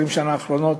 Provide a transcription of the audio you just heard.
20 השנה האחרונות.